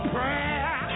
Prayer